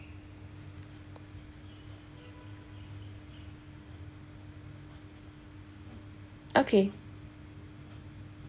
okay